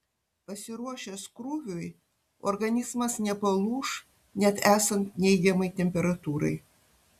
pasiruošęs krūviui organizmas nepalūš net esant neigiamai temperatūrai